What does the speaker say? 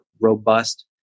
robust